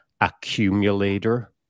accumulator